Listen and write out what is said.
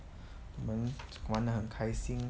我们玩得很开心